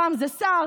פעם זה שר.